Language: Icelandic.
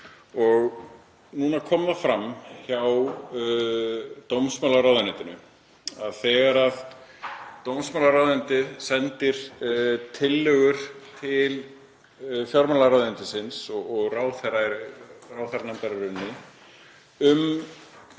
Og núna kom það fram hjá dómsmálaráðuneytinu að þegar dómsmálaráðuneytið sendir tillögur til fjármálaráðuneytisins og ráðherranefndar um